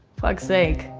fuck's sake.